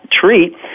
treat